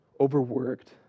overworked